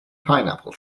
pineapple